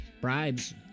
bribes